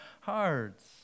hearts